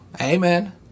Amen